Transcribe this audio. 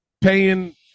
paying